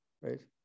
right